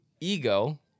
ego